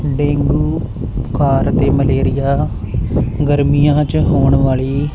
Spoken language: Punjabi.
ਡੇਂਗੂ ਬੁਖਾਰ ਅਤੇ ਮਲੇਰੀਆ ਗਰਮੀਆਂ 'ਚ ਹੋਣ ਵਾਲੀ